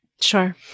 Sure